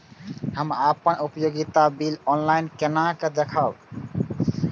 हम अपन उपयोगिता बिल ऑनलाइन केना देखब?